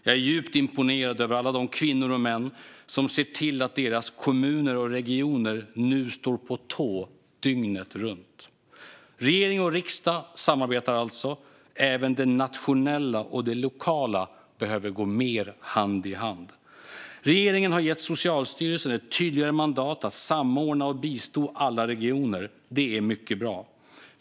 Jag är djupt imponerad av alla de kvinnor och män som ser till att kommuner och regioner nu står på tå dygnet runt. Regering och riksdag samarbetar alltså. Även det nationella och det lokala behöver gå mer hand i hand. Regeringen har gett Socialstyrelsen ett tydligare mandat att samordna och bistå alla regioner - det är mycket bra.